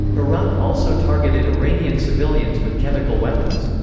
iraq also targeted iranian civilians with chemical weapons.